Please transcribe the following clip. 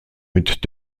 mit